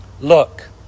Look